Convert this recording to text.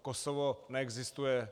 Kosovo neexistuje.